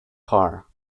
car